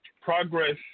Progress